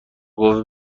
قوه